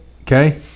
Okay